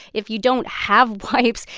if you don't have wipes,